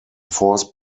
force